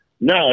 No